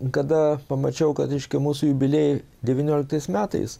kada pamačiau kad reiškia mūsų jubiliejai devynioliktais metais